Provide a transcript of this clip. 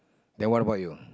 then what about you